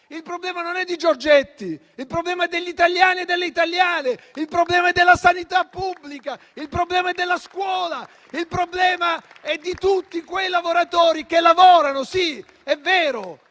il problema non è suo: il problema è degli italiani e delle italiane. Il problema è della sanità pubblica, il problema è della scuola, il problema è di tutti quei lavoratori che lavorano. Sì, è vero